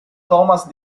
thomas